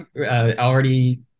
already